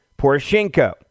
Poroshenko